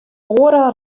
oare